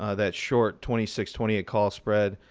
ah that short twenty six, twenty eight call spread,